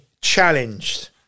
challenged